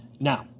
Now